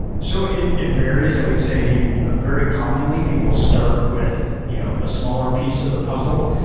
so it it varies. i would say, ah very commonly, people start with you know a smaller piece of the puzzle,